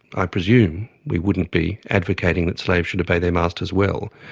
i presume we wouldn't be advocating that slaves should obey their masters well.